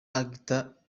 actor